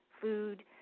food